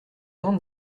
tente